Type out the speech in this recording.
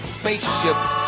spaceships